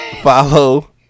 follow